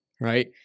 right